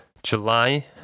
july